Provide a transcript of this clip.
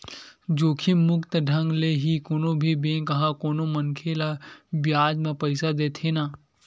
जोखिम मुक्त ढंग ले ही कोनो भी बेंक ह कोनो मनखे ल बियाज म पइसा देथे न